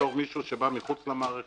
בתור מישהו שבא מחוץ למערכת,